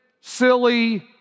silly